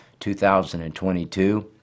2022